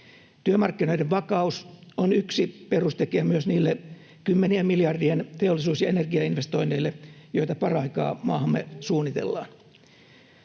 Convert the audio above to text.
Työmarkkinoiden vakaus on yksi perustekijä myös niille kymmenien miljardien teollisuus- ja energiainvestoinneille, joita par-aikaa maahamme suunnitellaan.